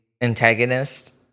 antagonist